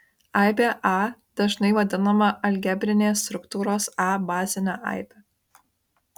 aibė a dažnai vadinama algebrinės struktūros a bazine aibe